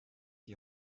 die